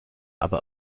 aber